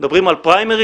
מדברים על פריימריז.